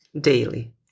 daily